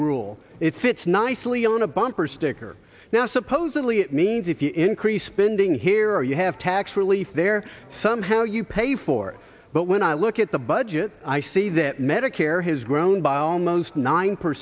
rule it fits nicely on a bumper sticker now supposedly it means if you increase spending here you have tax relief there somehow you pay for it but when i look at the budget i see that medicare has grown by almost nine